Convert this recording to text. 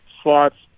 slots